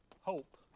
hope